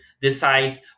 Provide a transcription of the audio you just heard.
decides